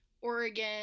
Oregon